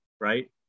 Right